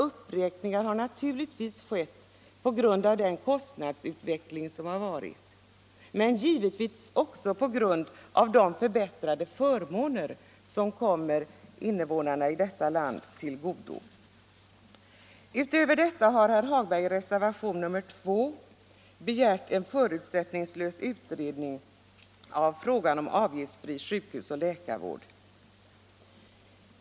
Uppräkningarna har skett som en följd av kostnadsutvecklingen men också som en följd av de förbättrade förmåner som kommer invånarna här i landet till del. Utöver detta har herr Hagberg i reservation nr 2 begärt en förutsättningslös utredning av frågan om avgiftsfri sjukhus och läkarvård.